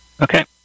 Okay